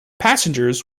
passengers